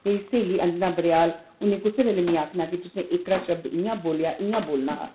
मेरी स्हेली अंजना बडयाल उन्नै कुसै बेल्लै मिगी आखना कि तुसें एह्कड़ा शब्द इ'यां बोल्लेआ इ'यां बोलना हा